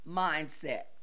mindset